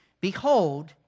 Behold